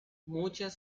muchas